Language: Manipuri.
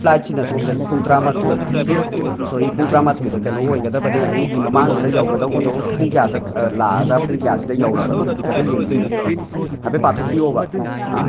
ꯐ꯭ꯂꯥꯏꯠꯁꯤꯅ ꯁꯣꯝꯗ ꯄꯨꯡ ꯇꯔꯥꯃꯊꯣꯏ ꯁꯣꯔꯤ ꯄꯨꯡ ꯇꯔꯥꯃꯊꯣꯏꯗ ꯀꯩꯅꯣ ꯑꯣꯏꯒꯗꯕꯅꯦ ꯑꯗꯨꯒꯤ ꯃꯃꯥꯡꯗꯨꯗ ꯌꯧꯒꯗꯧꯕꯗꯣ ꯄꯨꯡ ꯀꯌꯥꯗ ꯂꯥꯛꯑꯒ ꯄꯨꯡ ꯀꯌꯥꯁꯤꯗ ꯌꯧꯔꯕꯅꯣ ꯍꯥꯏꯐꯦꯠ ꯌꯦꯡꯕꯤꯌꯨꯅꯦ ꯍꯥꯏꯐꯦꯠ ꯄꯥꯊꯣꯛꯄꯤꯌꯣꯕ ꯑꯥ